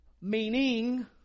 Meaning